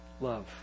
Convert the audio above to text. love